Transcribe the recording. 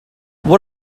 what